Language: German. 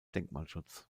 denkmalschutz